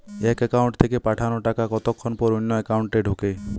এক একাউন্ট থেকে পাঠানো টাকা কতক্ষন পর অন্য একাউন্টে ঢোকে?